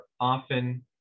often